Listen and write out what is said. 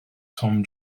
tom